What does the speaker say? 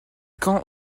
quand